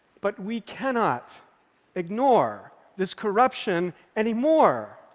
but we cannot ignore this corruption anymore.